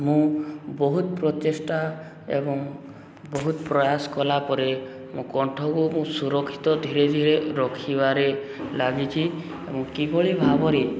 ମୁଁ ବହୁତ ପ୍ରଚେଷ୍ଟା ଏବଂ ବହୁତ ପ୍ରୟାସ କଲା ପରେ ମୋ କଣ୍ଠକୁ ମୁଁ ସୁରକ୍ଷିତ ଧୀରେ ଧୀରେ ରଖିବାରେ ଲାଗିଛି ଏବଂ କିଭଳି ଭାବରେ